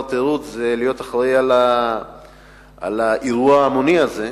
התיירות זה להיות אחראי לאירוע ההמוני הזה.